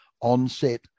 onset